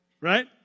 right